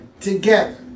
together